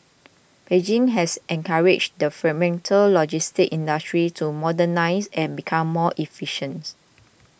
Beijing has encouraged the fragmented logistics industry to modernise and become more efficient